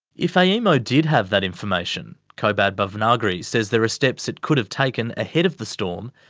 if aemo did have that information, kobad bhavnagri says there are steps it could've taken, ahead of the storm,